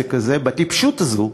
בעסק הזה, בטיפשות הזאת,